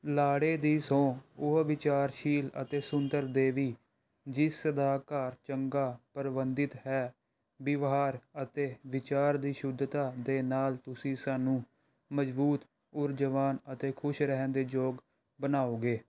ਲਾੜੇ ਦੀ ਸਹੁੰ ਉਹ ਵਿਚਾਰਸ਼ੀਲ ਅਤੇ ਸੁੰਦਰ ਦੇਵੀ ਜਿਸ ਦਾ ਘਰ ਚੰਗਾ ਪ੍ਰਬੰਧਿਤ ਹੈ ਵਿਵਹਾਰ ਅਤੇ ਵਿਚਾਰ ਦੀ ਸ਼ੁੱਧਤਾ ਦੇ ਨਾਲ ਤੁਸੀਂ ਸਾਨੂੰ ਮਜ਼ਬੂਤ ਊਰਜਾਵਾਨ ਅਤੇ ਖੁਸ਼ ਰਹਿਣ ਦੇ ਯੋਗ ਬਣਾਓਗੇ